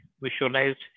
visualized